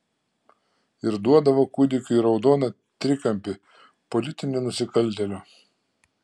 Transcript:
ir duodavo kūdikiui raudoną trikampį politinio nusikaltėlio